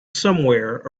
somewhere